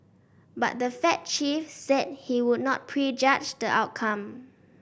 but the Fed chief said he would not prejudge the outcome